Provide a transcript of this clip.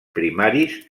primaris